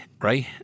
right